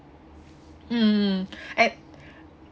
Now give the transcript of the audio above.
mm and